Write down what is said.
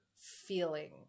feeling